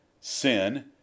Sin